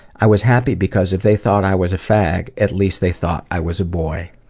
i was happy because if they thought i was a fag, at least they thought i was a boy.